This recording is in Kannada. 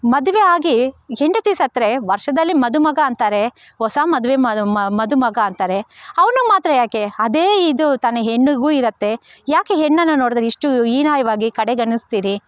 ಮದುವೆ ಆಗಿ ಹೆಂಡತಿ ಸತ್ತರೆ ವರ್ಷದಲ್ಲಿ ಮದುಮಗ ಅಂತಾರೆ ಹೊಸ ಮದುವೆ ಮದ ಮದುಮಗ ಅಂತಾರೆ ಅವ್ನಿಗೆ ಮಾತ್ರ ಯಾಕೆ ಅದೇ ಇದು ತಾನೇ ಹೆಣ್ಣಿಗೂ ಇರುತ್ತೆ ಯಾಕೆ ಹೆಣ್ಣನ್ನು ನೋಡಿದ್ರೆ ಇಷ್ಟು ಹೀನಾಯವಾಗಿ ಕಡೆಗಣಿಸ್ತೀರಿ